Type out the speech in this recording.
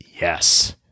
Yes